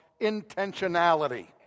intentionality